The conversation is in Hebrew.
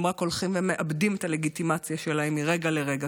הם רק הולכים ומאבדים את הלגיטימציה שלהם מרגע לרגע.